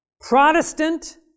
Protestant